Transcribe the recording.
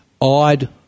odd